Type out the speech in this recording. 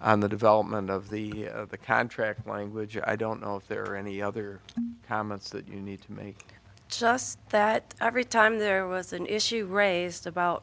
and the development of the contract language i don't know if there are any other comments that you need to make just that every time there was an issue raised about